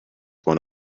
one